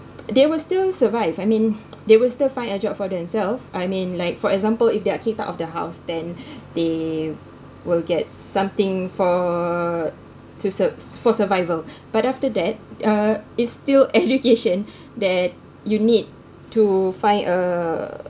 they will still survive I mean they will still find a job for themselves I mean like for example if they're kicked out of the house then they will get something for to sur~ for survival but after that uh it's still education that you need to find a